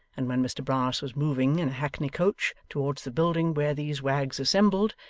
and when mr brass was moving in a hackney-coach towards the building where these wags assembled,